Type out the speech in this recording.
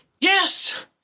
Yes